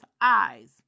eyes